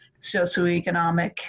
socioeconomic